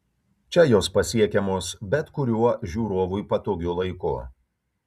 čia jos pasiekiamos bet kuriuo žiūrovui patogiu laiku